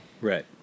Right